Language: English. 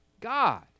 God